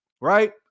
right